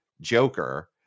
Joker